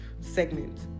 segment